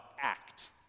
act